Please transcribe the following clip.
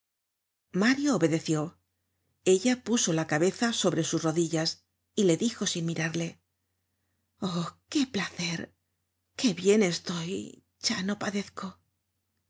mario obedeció ella pusola cabeza sobre sus rodillas y le dijo sin mirarle oh qué placer qué bien estoy ya no padezco